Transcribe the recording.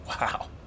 wow